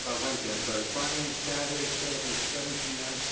ah wednesday, i'm sorry. friday and saturday shows are at seven p m,